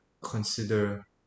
consider